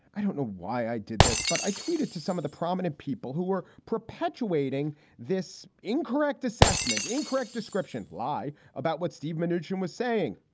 i don't know why i did this, but i tweeted to some of the prominent people who were perpetuating this incorrect assessment, incorrect description, lie about what steve manoogian was saying.